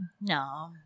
No